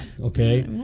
Okay